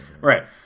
Right